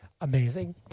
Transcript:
Amazing